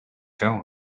tone